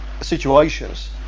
situations